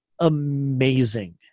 amazing